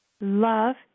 love